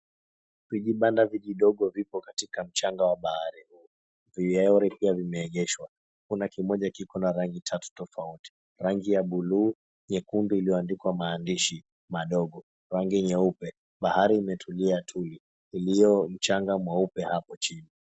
Vijibanda vijidogo vipo katika mchanga wa baharini. Vieori pia vimeegeshwa. Kuna kimoja kiko na rangi tatu tofauti; rangi ya buluu, nyekundu ilioandikwa maandishi madogo, rangi nyeupe. Bahari imetulia tuli ilio mchanga mweupe hapo chini.